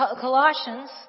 Colossians